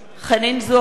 חנין זועבי,